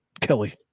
Kelly